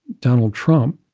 donald trump.